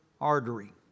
artery